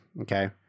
Okay